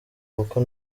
kuko